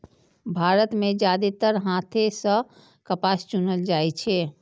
भारत मे जादेतर हाथे सं कपास चुनल जाइ छै